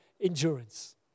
endurance